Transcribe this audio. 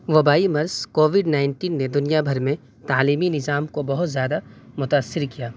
وبائی مرض covid nineteen نے دنیا بھر میں تعلیمی نظام کو بہت زیادہ متاثر کیا